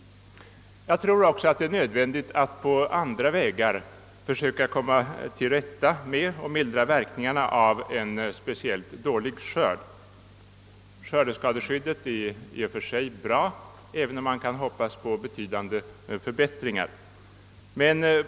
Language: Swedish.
Jag tror också att det är nödvändigt att på andra vägar än för närvarande försöka komma till rätta med och mildra verkningarna av en speciellt dålig skörd. Skördeskadeskyddet är bra i och för sig, även om man hoppas på betydande förbättringar.